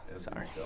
Sorry